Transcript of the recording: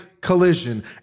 collision